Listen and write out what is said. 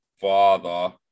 father